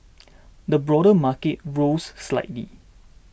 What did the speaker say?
the broader market rose slightly